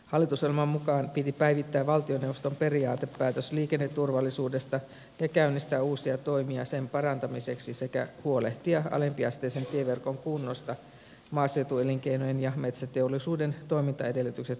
hallitusohjelman mukaan piti päivittää valtioneuvoston periaatepäätös liikenneturvallisuudesta ja käynnistää uusia toimia sen parantamiseksi sekä huolehtia alempiasteisen tieverkon kunnosta maaseutuelinkeinojen ja metsäteollisuuden toimintaedellytykset turvaavalla tavalla